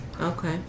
Okay